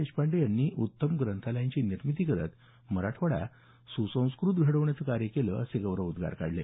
देशपांडे यांनी उत्तम ग्रंथालयाची निर्मिती करत मराठवाडा सुसंस्कृत घडवण्याचं कार्य केलं असे गौरवोद्गार काढले